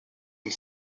une